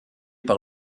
par